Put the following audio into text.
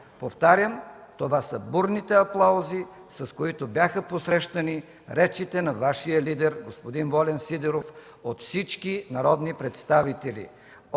Повтарям, това са бурните аплаузи, с които бяха посрещани речите на Вашия лидер господин Волен Сидеров от всички народни представители